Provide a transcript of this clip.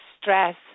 stress